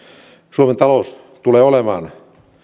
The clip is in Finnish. suomen talous tulee olemaan